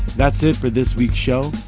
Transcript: that's it for this week's show.